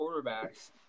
Quarterbacks